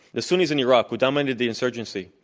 the sunnis in iraq who dominated the insurgency,